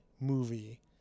movie